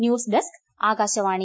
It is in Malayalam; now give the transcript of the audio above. ന്യൂസ്ഡെസ്ക് ആകാശവാണി